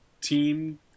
team